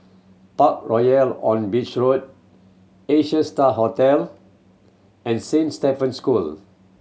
Parkroyal on Beach Road Asia Star Hotel and Saint Stephen School